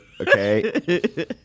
Okay